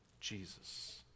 Jesus